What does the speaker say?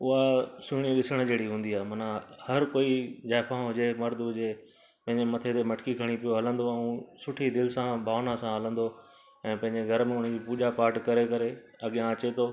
उहा सुहिणी ॾिसण जहिड़ी हूंदी आहे मना हर कोई जाइफ़ां हुजे मर्द हुजे पंहिंजे मथे ते मटकी खणी पयो हलंदो ऐं सुठी दिलि सां भावना सां हलंदो ऐं पंहिंजे घर में उनजी पूजा पाठ करे करे अॻियां अचे थो